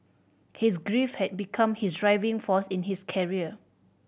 his grief had become his driving force in his career